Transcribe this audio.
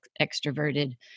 extroverted